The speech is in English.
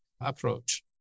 approach